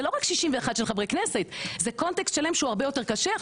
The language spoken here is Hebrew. זה לא רק 61 של חברי כנסת זה קונטקסט שלם שהוא הרבה יותר קשה.